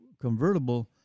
convertible